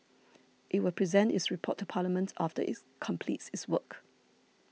it will present its report to Parliament after its completes its work